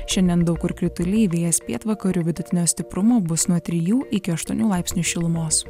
šiandien daug kur krituliai vėjas pietvakarių vidutinio stiprumo bus nuo trijų iki aštuonių laipsnių šilumos